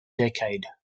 decade